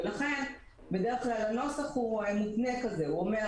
ולכן הנוסח הוא נוסח מותנה, הוא אומר